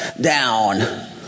down